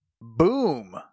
Boom